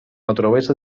naturalesa